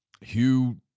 Hugh